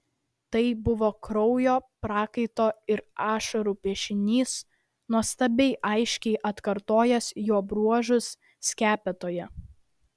tai buvo kraujo prakaito ir ašarų piešinys nuostabiai aiškiai atkartojęs jo bruožus skepetoje